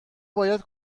باید